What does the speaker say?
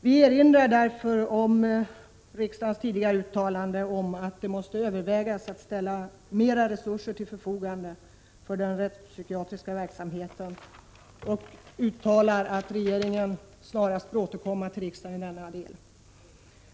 Vi erinrar därför om riksdagens tidigare uttalande att man måste överväga att ställa mera resurser till förfogande för den rättspsykiatriska verksamheten och uttalar att regeringen snarast bör återkomma till riksdagen i denna del.